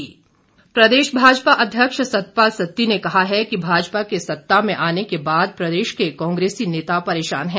सत्ती बयान प्रदेश भाजपा अध्यक्ष सतपाल सत्ती ने कहा है कि भाजपा के सत्ता में आने के बाद प्रदेश के कांग्रेसी नेता परेशान हैं